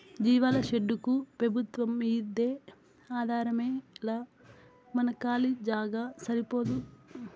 జీవాల షెడ్డుకు పెబుత్వంమ్మీదే ఆధారమేలా మన కాలీ జాగా సరిపోదూ